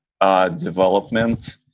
development